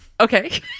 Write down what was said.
Okay